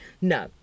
No